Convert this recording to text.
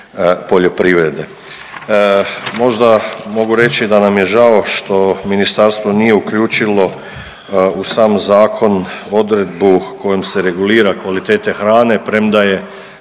poljoprivrede. Možda mogu reći da nam je žao što ministarstvo nije uključilo u sam zakon odredbu kojom se regulira kvalitete hrane premda je